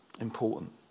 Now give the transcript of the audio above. important